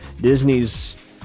Disney's